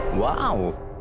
Wow